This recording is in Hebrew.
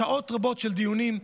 שעות רבות של דיונים,